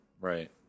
Right